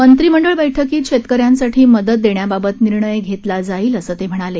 मंत्रिमंडळ बैठकीत शेतकर्यासाठी मदत देण्याबाबत निर्णय घेतला जाईल असं ते म्हणाले